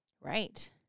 right